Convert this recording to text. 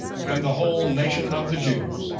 and the whole nation of the jews,